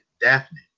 Daphne